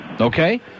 Okay